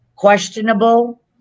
questionable